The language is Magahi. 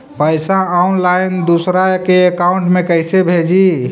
पैसा ऑनलाइन दूसरा के अकाउंट में कैसे भेजी?